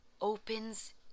opens